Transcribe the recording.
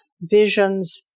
visions